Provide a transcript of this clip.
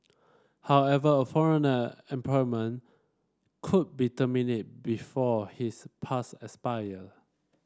however a foreigner employment could be terminated before his pass expire